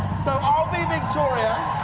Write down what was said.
so i will be victoria. i